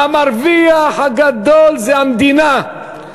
המרוויח הגדול זה המדינה,